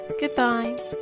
Goodbye